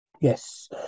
yes